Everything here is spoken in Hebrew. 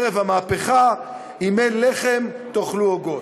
ערב המהפכה: אם אין לחם, תאכלו עוגות.